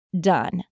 done